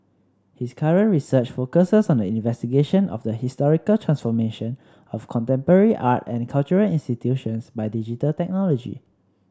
his current research focuses on the investigation of the historical transformation of contemporary art and cultural institutions by digital technology